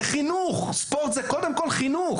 זה חינוך, ספורט זה קודם כל חינוך.